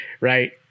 right